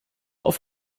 auf